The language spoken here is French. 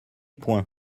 point